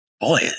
boy